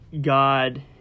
God